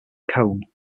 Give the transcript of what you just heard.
cone